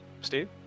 Steve